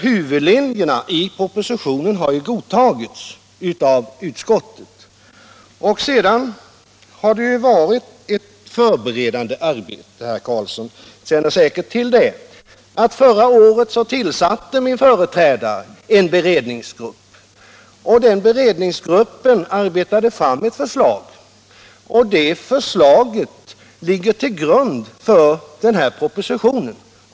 Huvudlinjerna i propositionen har ju godtagits av utskottet. Och sedan har det varit ett förberedande arbete — herr Karlsson känner säkert till det. Förra året tillsatte min företrädare en beredningsgrupp, och den gruppen arbetade fram ett förslag. Det förslaget ligger till grund för den här propositionen.